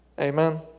Amen